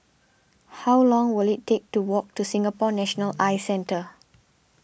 how long will it take to walk to Singapore National Eye Centre